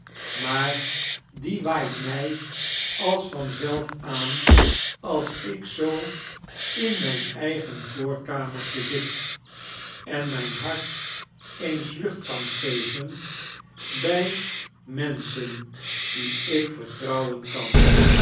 maar die waait my als vanzelf aan als ik zoo in mgn eigen voorkamertje zit en myn hart eens lucht kan geven bij menschen die ik yertrouwen kan